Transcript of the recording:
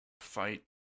Fight